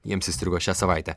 jiems įstrigo šią savaitę